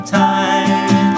time